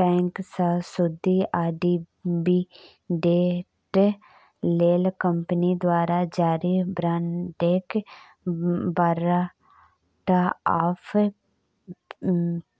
बैंकसँ सुदि या डिबीडेंड लेल कंपनी द्वारा जारी बाँडकेँ बारंट आफ